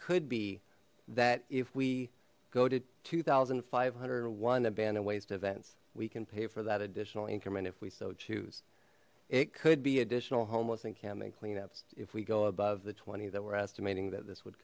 could be that if we go to two thousand five hundred and one abandoned waste events we can pay for that additional increment if we so choose it could be additional homeless encampment cleanups if we go above the twenty that we're estimating that this would